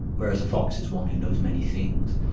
whereas a fox is one who knows many things,